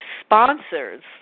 sponsors